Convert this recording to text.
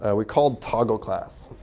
and we called toggleclass.